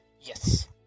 Yes